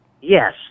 Yes